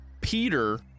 Peter